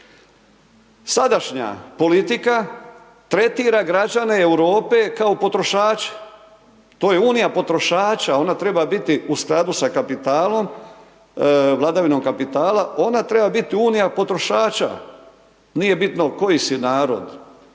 Sadašnja politika tretira građane Europe kao potrošače. To je unija potrošača, ona treba biti u skladu sa kapitalom, vladavinom kapital, ona treba biti unija potrošača. Nije bitno koji si narod,